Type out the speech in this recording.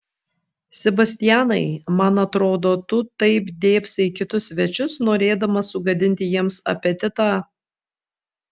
sebastianai man atrodo tu taip dėbsai į kitus svečius norėdamas sugadinti jiems apetitą